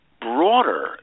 broader